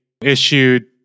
issued